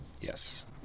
Yes